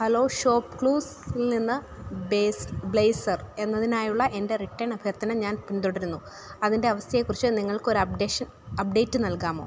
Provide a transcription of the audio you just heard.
hello shop ക്ലൂസിൽ നിന്ന് base blazer എന്നതിനായുള്ള എൻ്റെ റിട്ടേൺ അഭ്യർത്ഥന ഞാൻ പിന്തുടരുന്നു അതിൻ്റെ അവസ്ഥയെ കുറിച്ച് നിങ്ങൾക്കൊരു അപ്ഡേഷൻ അപ്ഡേറ്റ് നൽകാമോ